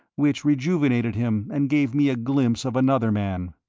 which rejuvenated him and gave me a glimpse of another man.